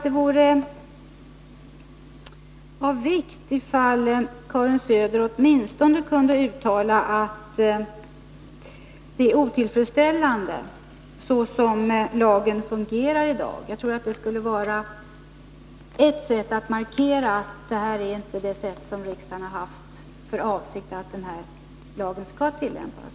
Det vore av vikt ifall Karin Söder åtminstone kunde uttala att det är otillfredsställande så som lagen fungerar i dag. Jag tror att det skulle vara ett sätt att markera, att så här har riksdagen inte avsett att lagen skall tillämpas.